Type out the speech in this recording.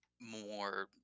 more